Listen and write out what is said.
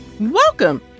Welcome